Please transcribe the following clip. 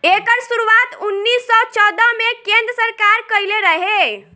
एकर शुरुआत उन्नीस सौ चौदह मे केन्द्र सरकार कइले रहे